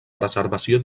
preservació